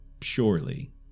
surely